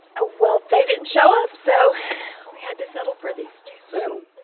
ah well, they didn't show up. so we had to settle for these two. settle?